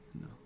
No